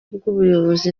bw’ubuyobozi